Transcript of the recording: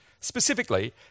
Specifically